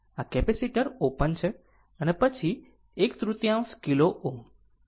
આ capacitor open છે અને પછી એક તૃતીયાંશ કિલો Ω